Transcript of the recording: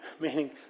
Meaning